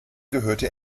gehörte